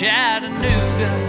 Chattanooga